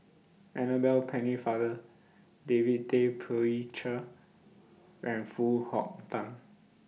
Annabel Pennefather David Tay Poey Cher and Foo Hong Tatt